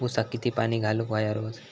ऊसाक किती पाणी घालूक व्हया रोज?